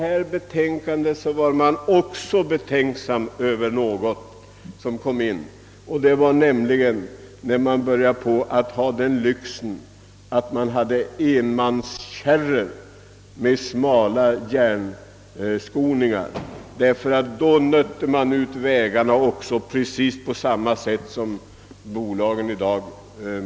I betänkandet 1904 uttryckte man sina bekymmer med anledning av de enmanskärror med smala järnskoningar, som på den tiden var en lyx och som då nötte vägarna i lika hög grad som bilarna nu gör.